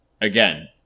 again